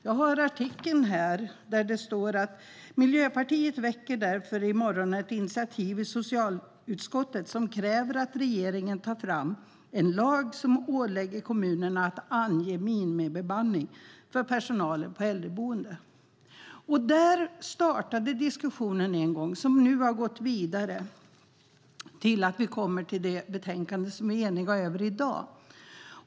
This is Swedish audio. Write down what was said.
Jag har här artikeln där det står: "Miljöpartiet väcker därför i morgon ett initiativ i socialutskottet som kräver att regeringen tar fram en lag som ålägger kommunerna att ange miniminivåer för personalen på äldreboendena." Där startade diskussionen som nu har gått vidare och lett fram till det betänkande som vi är eniga om i dag.